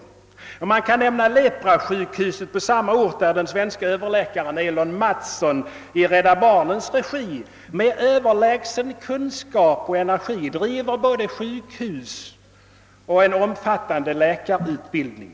Vidare vill jag nämna leprasjukhuset på samma ort. Där driver den svenske överläkaren Elon Mattsson i Rädda barnens regi med överlägsen kunskap och energi både sjukhus och en omfattande läkarutbildning.